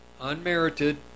unmerited